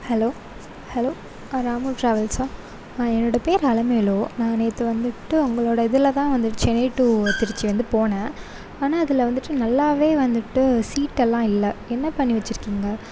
hello hello Ramu டிராவல்சா என்னோடய பேர் அலமேலு நான் நேற்று வந்துட்டு உங்களோடய இதில் தான் வந்து சென்னை டு திருச்சி வந்து போனேன் ஆனால் அதில் வந்துட்டு நல்லாவே வந்துட்டு சீட்டெல்லாம் இல்லை என்ன பண்ணி வச்சு இருக்கீங்க